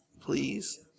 please